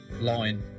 line